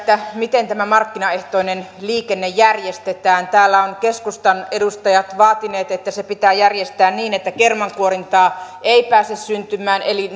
miten tämä markkinaehtoinen liikenne järjestetään täällä ovat keskustan edustajat vaatineet että se pitää järjestää niin että kermankuorintaa ei pääse syntymään eli